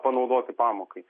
panaudoti pamokai